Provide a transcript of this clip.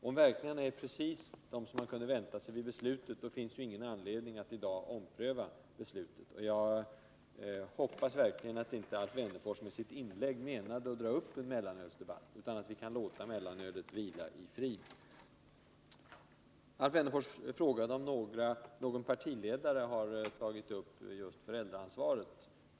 Om verkningarna är de som man kunde vänta sig vid beslutet, finns i dag ingen anledning att ompröva det. Jag hoppas verkligen att Alf Wennerfors med sitt inlägg inte menade att dra upp en mellanölsdebatt utan att vi får låta mellanölet vila i frid. Alf Wennerfors frågade om någon partiledare hade tagit upp just föräldraansvaret.